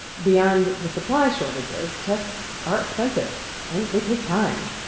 beyond the supply shortages, tests are expensive, and they take time.